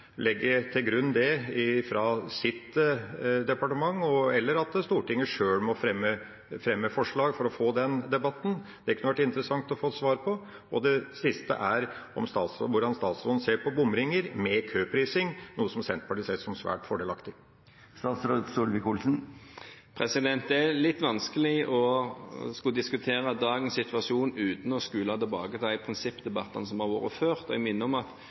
legge det til grunn fra sitt departement, eller om Stortinget sjøl må fremme forslag for å få den debatten. Det kunne det være interessant å få svar på. Det siste spørsmålet er hvordan statsråden ser på bomringer med køprising, noe Senterpartiet ser som svært fordelaktig. Det er litt vanskelig å diskutere dagens situasjon uten å skule tilbake på de prinsippdebattene som har vært før. Jeg minner om at